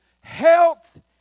health